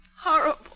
Horrible